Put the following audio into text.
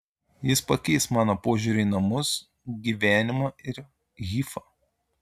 jis pakeis mano požiūrį į namus gyvenimą ir hifą